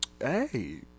hey